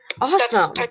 awesome